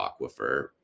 aquifer